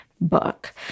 book